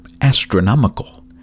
astronomical